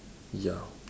ya